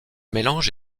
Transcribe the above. mélange